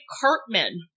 Cartman